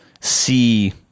see